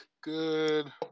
good